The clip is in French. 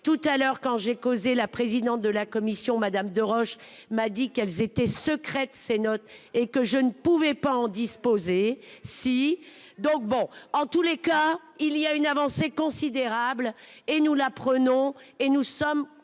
tout à l'heure quand j'ai causé la présidente de la commission, madame Deroche m'a dit qu'elles étaient secrètes ses notes et que je ne pouvais pas en disposer. Si donc bon, en tous les cas il y a une avancée considérable et nous la prenons et nous sommes